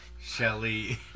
Shelly